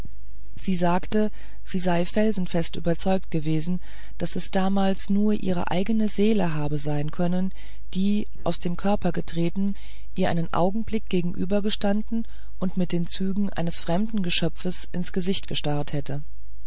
sie sagte sie sei felsenfest überzeugt gewesen daß es damals nur ihre eigene seele habe sein können die aus dem körper getreten ihr einen augenblick gegenübergestanden und mit den zügen eines fremden geschöpfes ins gesicht gestarrt hätte